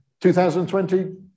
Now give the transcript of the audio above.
2020